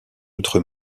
outre